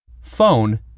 phone